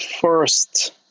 first